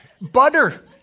Butter